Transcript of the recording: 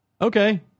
Okay